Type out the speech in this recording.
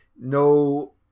no